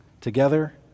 together